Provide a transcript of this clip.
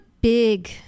big